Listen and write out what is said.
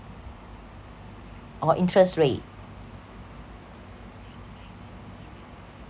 or interest rate